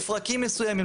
מפרקים מסוימים,